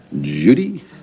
Judy